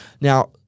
Now